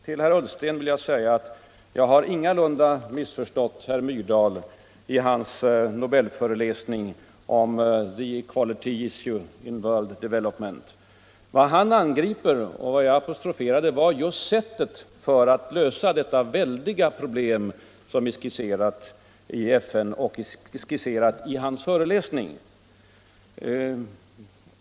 Till herr Ullsten vill jag säga att jag ingalunda har missförstått herr Myrdal i hans Nobelföreläsning om The Equality Issue in World Development. Vad han kritiserar och vad jag apostroferade var just sättet att angripa detta väldiga problem som behandlas i FN och utgjorde föremål för hans föreläsning.